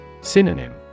Synonym